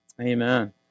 Amen